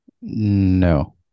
No